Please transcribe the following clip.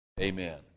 Amen